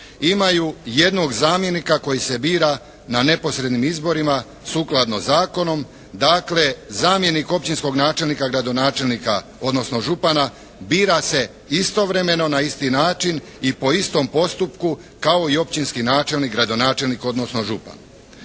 imaju jednog zamjenika koji se bira na neposrednim izborima sukladno zakonom. Dakle, zamjenik općinskog načelnika, gradonačelnika, odnosno župana bira se istovremeno na isti način i po istom postupku kao i općinski načelnik, gradonačelnik, odnosno župan.